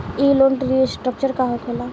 ई loan restructure का होखे ला?